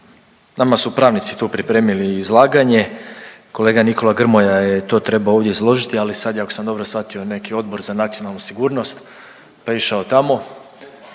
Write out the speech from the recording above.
Nama su pravnici tu pripremili izlaganje, kolega Nikola Grmoja je to trebao ovdje izložiti, ali sad je ako sam dobro shvatio neki Odbor za nacionalnu sigurnost pa je išao tamo,